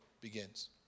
begins